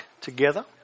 together